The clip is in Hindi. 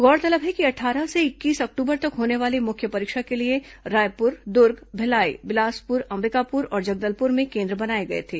गौरतलब है कि अट्ठारह से इक्कीस अक्टूबर तक होने वाली मुख्य परीक्षा के लिए रायपुर दुर्ग भिलाई बिलासपुर अंबिकापुर और जगदलपुर में कोन्द्र बनाए गए थे